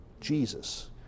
Jesus